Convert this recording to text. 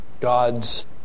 God's